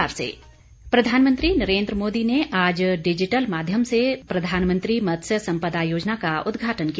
प्रधानमंत्री प्रधानमंत्री नरेन्द्र मोदी ने आज डिजिटल माध्यम से प्रधानमंत्री मत्स्य संपदा योजना का उदघाटन किया